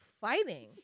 fighting